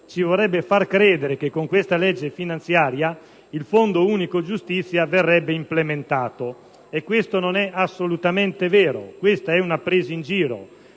vorrebbe farci credere che con questa legge finanziaria il Fondo unico giustizia verrebbe implementato. Questo non è assolutamente vero, è una presa in giro,